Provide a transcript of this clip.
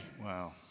Wow